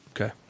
okay